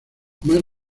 más